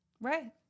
Right